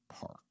Park